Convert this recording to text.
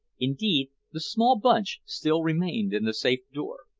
indeed, the small bunch still remained in the safe door.